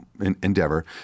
endeavor